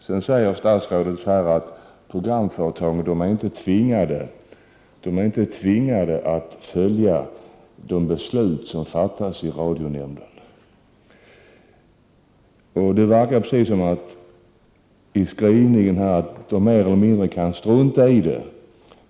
Statsrådet säger vidare att programföretagen inte är tvingade att följa de beslut som har fattats i radionämnden. Av skrivningen i svaret verkar det precis som om de mer eller mindre kan strunta i detta.